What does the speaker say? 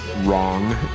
wrong